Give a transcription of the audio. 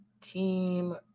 Team